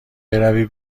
بروی